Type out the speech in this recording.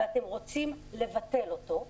ואתם רוצים לבטל אותו,